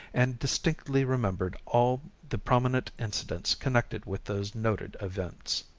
and distinctly remembered all the prominent incidents connected with those noted events.